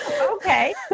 okay